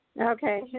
Okay